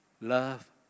love